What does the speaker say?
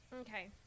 Okay